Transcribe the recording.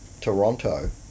toronto